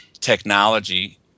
technology